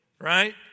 right